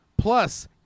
Plus